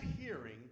hearing